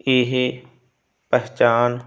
ਇਹ ਪਹਿਚਾਣ